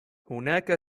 هناك